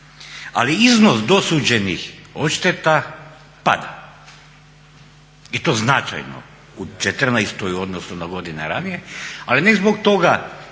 ali iznos dosuđenih odšteta pada i to značajno u '14. u odnosu na godine ranije, ali ne zbog toga